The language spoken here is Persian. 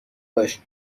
باش